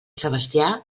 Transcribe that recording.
sebastià